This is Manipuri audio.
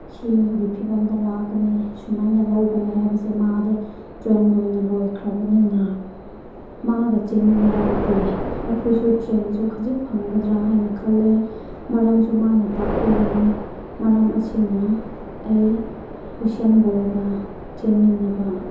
ꯁꯤꯔꯣꯝꯒꯤ ꯐꯤꯕꯝꯗ ꯂꯥꯛꯀꯅꯤ ꯁꯨꯃꯥꯏꯅ ꯂꯧꯒꯅꯤ ꯍꯥꯏꯕꯁꯦ ꯃꯥꯗꯤ ꯇ꯭ꯔꯦꯟ ꯂꯣꯏꯅ ꯂꯣꯏꯈ꯭ꯔꯕꯅꯤꯅ ꯃꯥꯒ ꯆꯦꯟꯃꯤꯟꯅꯔꯕꯗꯤ ꯑꯩꯈꯣꯏꯁꯨ ꯇ꯭ꯔꯦꯟꯁꯨ ꯈꯖꯤꯛ ꯐꯪꯒꯗ꯭ꯔꯥ ꯍꯥꯏꯅ ꯈꯜꯂꯤ ꯃꯔꯝꯁꯨ ꯃꯥꯅ ꯇꯥꯛꯄꯤꯒꯅꯤ ꯃꯔꯝ ꯑꯁꯤꯅ ꯑꯩ ꯎꯁꯦꯟ ꯕꯣꯜꯒ ꯆꯦꯝꯃꯤꯟꯅꯕ